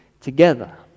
together